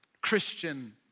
Christian